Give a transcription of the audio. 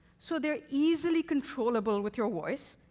so they're easily controllable with your voice,